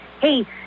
hey